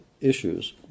Issues